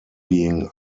being